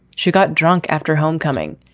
she got drunk after homecoming.